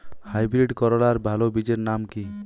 Hybrid করলার ভালো বীজের নাম কি?